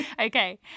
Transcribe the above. Okay